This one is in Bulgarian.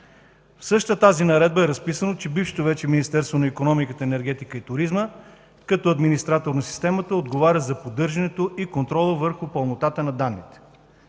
В същата наредба е разписано, че бившето вече Министерство на икономиката, енергетиката и туризма, като администратор на системата, отговаря за поддържането и контрола върху пълнотата на данните.